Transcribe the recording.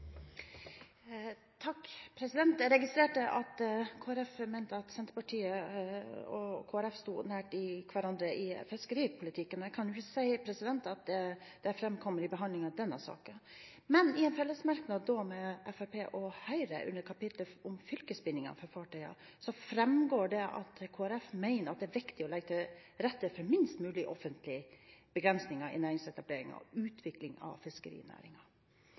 hverandre i fiskeripolitikken. Jeg kan ikke si at det framkommer i behandlingen av denne saken. Men i en fellesmerknad med Fremskrittspartiet og Høyre under kapittelet om fylkesbindinger for fartøyeier framgår det at Kristelig Folkeparti mener det er viktig å legge til rette for minst mulig offentlige begrensninger i næringsetableringer og -utvikling av